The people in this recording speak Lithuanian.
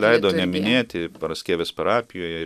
leido neminėti paraskievės parapijoje